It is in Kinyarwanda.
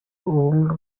ubumwe